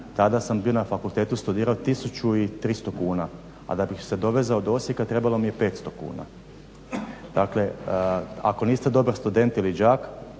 tada sam bio na fakultetu, studirao, 1300 kuna a da bih se dovezao do Osijeka, trebalo mi je 500 kuna. Dakle, ako niste dobar student ili đak